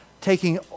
taking